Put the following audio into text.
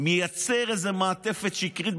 מייצר איזה מעטפת שקרית,